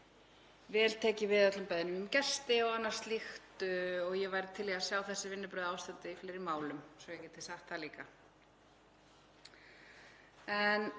vel tekið við öllum beiðnum um gesti og annað slíkt og ég væri til í að sjá þessi vinnubrögð ástunduð í fleiri málum, svo ég geti sagt það líka. Þegar